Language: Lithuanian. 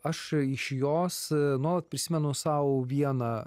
aš iš jos nuolat prisimenu sau vieną